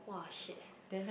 !wah! shit